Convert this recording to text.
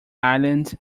island